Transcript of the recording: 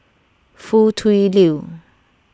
Foo Tui Liew